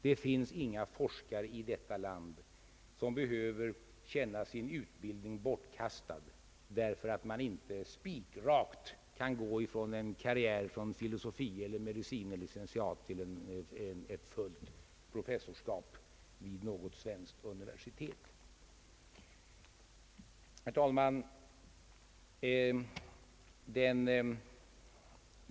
Det finns inga forskare i detta land som behöver känna sin utbildning bortkastad för att man inte spikrakt kan göra karriär från filosofie eller medicine licentiat till en professorsstol vid något svenskt universitet. Herr talman!